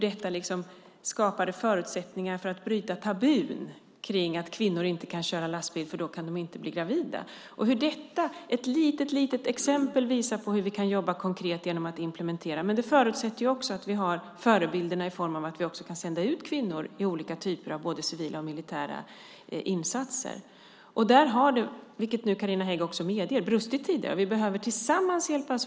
Detta skapade förutsättningar för att bryta tabun kring att kvinnor inte kan köra lastbil eftersom de då inte kan bli gravida. Detta är ett litet, litet exempel som visar hur vi kan jobba konkret genom att implementera. Men det förutsätter också att vi har förebilderna i form av att vi kan sända ut kvinnor i olika typer av både civila och militära insatser. Där har det, vilket Carina Hägg nu också medger, brustit tidigare. Vi behöver tillsammans hjälpas åt.